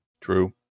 true